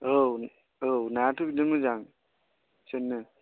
औ औ नायाथ' बिदिनो मोजां बेफोरनो